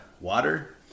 water